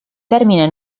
termine